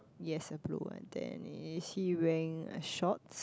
yes a blue one then is he wearing a shorts